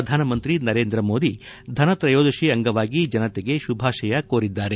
ಪ್ರಧಾನಮಂತ್ರಿ ನರೇಂದ್ರ ಮೋದಿ ಧನತ್ರಯೋದಶಿ ಅಂಗವಾಗಿ ಜನತೆಗೆ ಶುಭಾಶಯ ಕೋರಿದ್ದಾರೆ